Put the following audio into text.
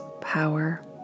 power